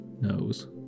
knows